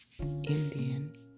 Indian